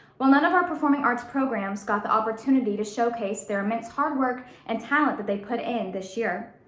while none of our performing arts programs got the opportunity to showcase their immense hard work and talent that they put in this year,